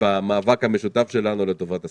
במאבק המשותף שלנו לטובת הסטודנטים.